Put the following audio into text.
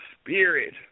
spirit